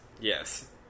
Yes